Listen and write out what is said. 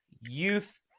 youth